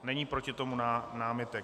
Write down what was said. Není proti tomu námitek.